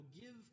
give